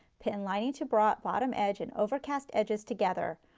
pin lining to bra bottom edge and overcast edges together.